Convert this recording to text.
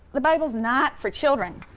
the bible's not for children.